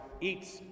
eats